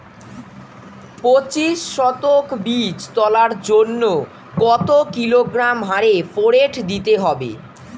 পঁচিশ শতক বীজ তলার জন্য কত কিলোগ্রাম হারে ফোরেট দিতে হবে?